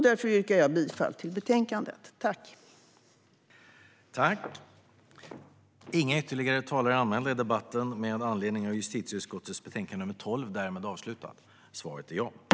Därför yrkar jag bifall till utskottets förslag i betänkandet.